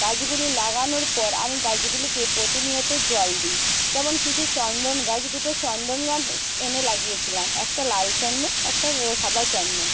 গাছগুলি লাগানোর পর আমি গাছগুলিকে প্রতিনিয়ত জল দিই যেমন কিছু চন্দন গাছ দুটো চন্দন গাছ এনে লাগিয়েছিলাম একটা লাল চন্দন একটা সাদা চন্দন